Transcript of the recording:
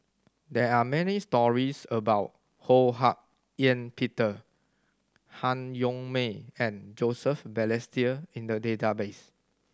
there are many stories about Ho Hak Ean Peter Han Yong May and Joseph Balestier in the database